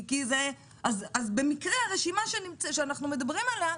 אז במקרה הרשימה שאנחנו מדברים עליה,